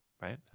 right